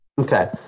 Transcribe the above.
Okay